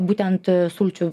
būtent sulčių